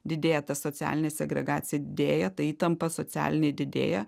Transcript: didėja ta socialinė segregacija didėja tai įtampa socialinė didėja